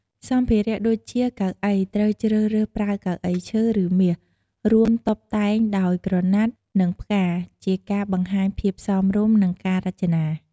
សម្ភារៈដូចជាកៅអី ត្រូវជ្រើសរើសប្រើកៅអីឈើ ឬមាស រួមតុបតែងដោយក្រណាត់ និងផ្កា ជាការបង្ហាញភាពសមរម្យ និងការរចនា។